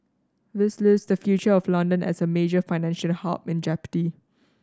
this leaves the future of London as a major financial hub in jeopardy